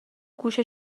گوش